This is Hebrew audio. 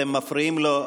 אתם מפריעים לו.